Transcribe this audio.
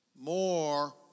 More